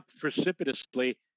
precipitously